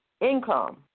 income